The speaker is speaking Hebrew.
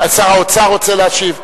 שר האוצר רוצה להשיב?